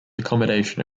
accommodation